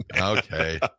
Okay